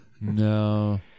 no